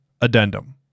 Addendum